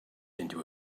into